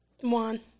One